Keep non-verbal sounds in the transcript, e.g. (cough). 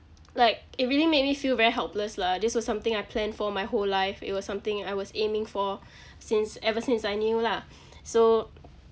(noise) like it really made me feel very helpless lah this was something I planned for my whole life it was something I was aiming for since ever since I knew lah so